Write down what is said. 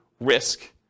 risk